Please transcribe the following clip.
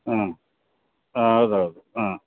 ಹ್ಞೂ ಹಾಂ ಹೌದೌದು ಹಾಂ